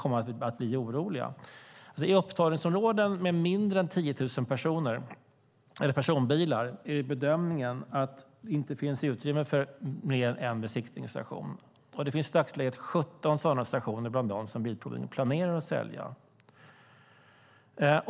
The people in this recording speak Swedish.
Bedömningen är att det i upptagningsområden med mindre än 10 000 personbilar inte finns utrymme för mer än en besiktningsstation. Det finns i dagsläget 17 sådana stationer bland dem som Bilprovningen planerar att sälja.